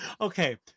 Okay